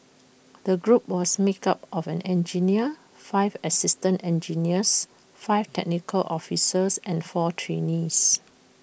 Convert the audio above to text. the group was make up of an engineer five assistant engineers five technical officers and four trainees